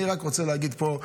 אני רק רוצה להגיד פה: